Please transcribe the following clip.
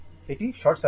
এটি short circuit